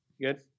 Good